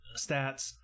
stats